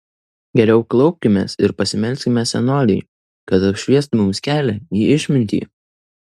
geriau klaupkimės ir pasimelskime senolei kad apšviestų mums kelią į išmintį